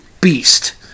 beast